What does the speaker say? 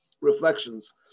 reflections